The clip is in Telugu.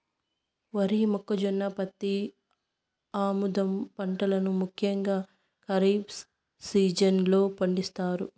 వరి, మొక్కజొన్న, పత్తి, ఆముదం పంటలను ముఖ్యంగా ఖరీఫ్ సీజన్ లో పండిత్తారు